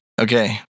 Okay